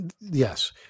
Yes